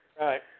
Right